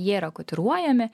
jie yra kotiruojami